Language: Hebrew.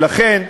לכן,